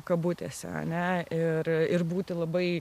kabutėse ane ir ir būti labai